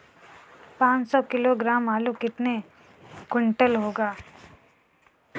पाँच सौ किलोग्राम आलू कितने क्विंटल होगा?